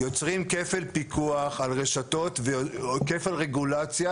יוצרים כפל פיקוח על רשתות וכפל רגולציה,